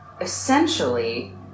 Essentially